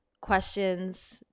questions